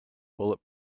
bullet